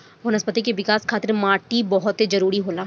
वनस्पति के विकाश खातिर माटी बहुत जरुरी होला